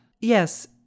Yes